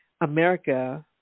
America